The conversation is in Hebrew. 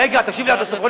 רגע, תקשיב לי עד הסוף.